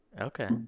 Okay